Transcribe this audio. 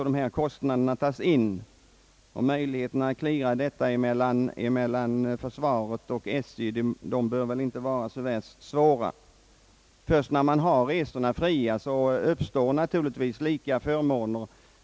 Det bör inte heller vara så värst svårt att ordna en clearing mellan försvaret och SJ i detta avseende. Först när resorna är helt fria för de värnpliktiga oavsett var de bor, kan man säga att de har lika förmåner.